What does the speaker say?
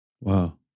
Wow